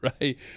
right